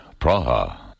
Praha